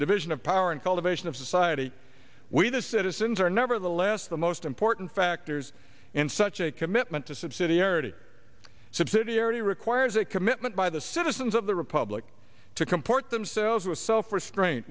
the division of power and cultivation of society we the citizens are nevertheless the most important factors in such a commitment to subsidiarity subsidiarity requires a commitment by the citizens of the republic to comport themselves with self restraint